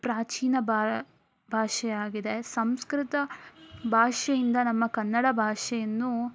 ಪ್ರಾಚೀನ ಬಾ ಭಾಷೆ ಆಗಿದೆ ಸಂಸ್ಕೃತ ಭಾಷೆಯಿಂದ ನಮ್ಮ ಕನ್ನಡ ಭಾಷೆಯನ್ನು